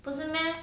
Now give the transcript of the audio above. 不是 meh